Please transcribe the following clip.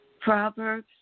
Proverbs